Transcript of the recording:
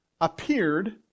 appeared